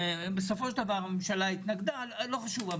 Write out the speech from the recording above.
בסופו של דבר, הממשלה התנגדה, לא חשוב.